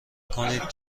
کنید